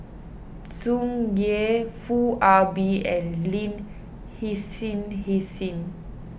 Tsung Yeh Foo Ah Bee and Lin Hsin Hsin